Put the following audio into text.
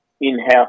in-house